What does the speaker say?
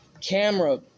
camera